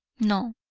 no.